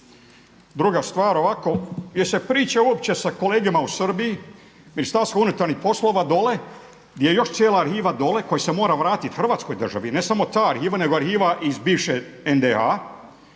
Druga stvar, jel se priča uopće sa kolegama u Srbiji MUP dole gdje je još cijela arhiva dole koji se mora vratiti Hrvatskoj državi, ne samo ta arhiva nego arhiva iz bivše NDH-a